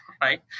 right